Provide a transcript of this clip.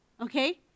okay